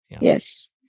yes